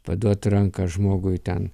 paduot ranką žmogui ten